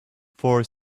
for